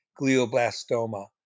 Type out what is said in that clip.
glioblastoma